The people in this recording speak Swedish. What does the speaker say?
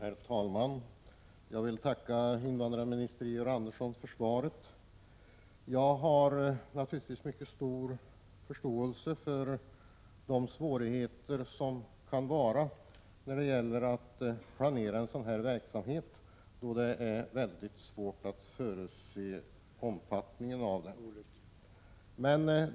Herr talman! Jag vill tacka invandrarminister Georg Andersson för svaret. Jag har naturligtvis mycket stor förståelse för de svårigheter som finns att planera en sådan här verksamhet. Det är svårt att förutse dess omfattning.